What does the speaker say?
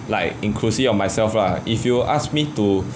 like inclusive of myself lah if you ask me to